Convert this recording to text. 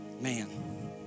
Man